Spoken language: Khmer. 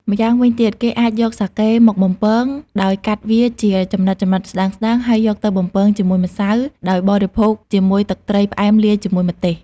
ម្យ៉ាងវិញទៀត គេអាចយកសាកេមកបំពង ដោយកាត់វាជាចំណិតៗស្ដើងៗ ហើយយកទៅបំពងជាមួយម្សៅ ដោយបរិភោគជាមួយទឹកត្រីផ្អែមលាយជាមួយម្ទេស។